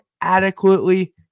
adequately